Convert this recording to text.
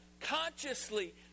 consciously